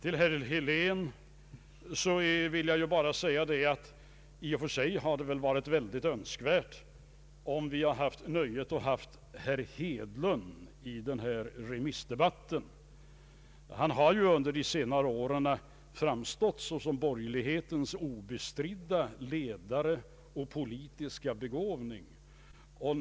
Jag vill säga till herr Helén att det i och för sig hade varit mycket önskvärt om vi haft nöjet att ha herr Hedlund med i denna remissdebatt. Han har under senare år framstått som borgerlighetens obestridde ledare och politiska begåvning.